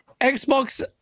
Xbox